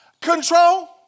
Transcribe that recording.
control